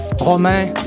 Romain